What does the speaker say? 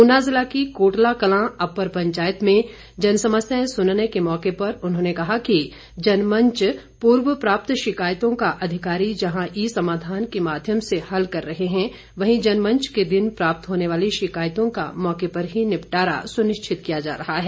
ऊना ज़िला की कोटला कलां अप्पर पंचायत में जन समस्याएं सुनने के मौके पर उन्होंने कहा कि जनमंच पूर्व प्राप्त शिकायतों का अधिकारी जहां ई समाधान के माध्यम से हल कर रहे हैं वहीं जनमंच के दिन प्राप्त होने वाली शिकायतों का मौके पर ही निपटारा सुनिश्चित किया जा रहा है